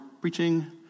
preaching